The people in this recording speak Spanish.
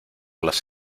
las